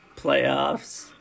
playoffs